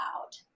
out